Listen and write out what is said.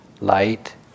light